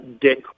Dick